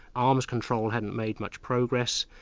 arms control hadn't made much progress,